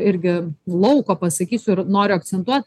irgi lauko pasakysiu ir noriu akcentuot